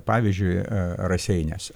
pavyzdžiui raseiniuose